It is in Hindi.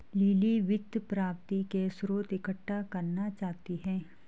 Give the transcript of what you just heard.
लिली वित्त प्राप्ति के स्रोत इकट्ठा करना चाहती है